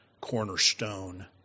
cornerstone